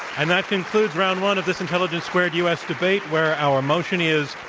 and that concludes round one of this intelligence squared u. s. debate where our motion is,